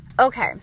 Okay